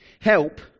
Help